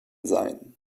sein